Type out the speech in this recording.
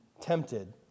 tempted